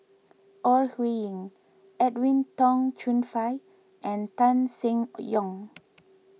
Ore Huiying Edwin Tong Chun Fai and Tan Seng Yong